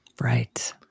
right